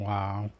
Wow